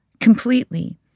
completely